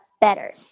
better